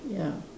ya